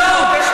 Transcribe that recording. לא,